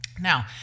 now